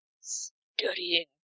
Studying